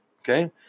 Okay